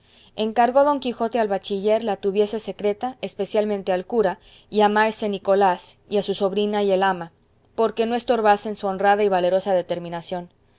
encargó don quijote al bachiller la tuviese secreta especialmente al cura y a maese nicolás y a su sobrina y al ama porque no estorbasen su honrada y valerosa determinación